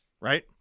right